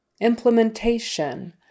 implementation